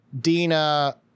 Dina